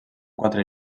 quatre